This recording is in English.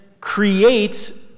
creates